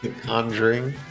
Conjuring